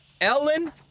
Ellen